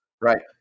Right